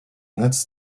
netz